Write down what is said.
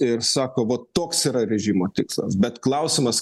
ir sako va toks yra režimo tikslas bet klausimas